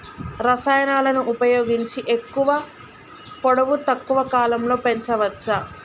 రసాయనాలను ఉపయోగించి ఎక్కువ పొడవు తక్కువ కాలంలో పెంచవచ్చా?